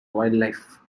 wildlife